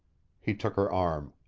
he took her arm.